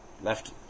left